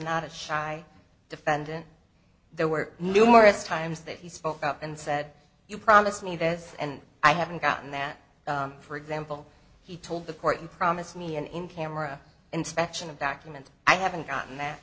not a shy defendant there were numerous times that he spoke up and said you promised me this and i haven't gotten that for example he told the court you promised me an in camera inspection a back room and i haven't gotten